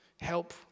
help